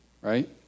right